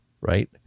right